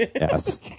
Yes